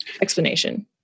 explanation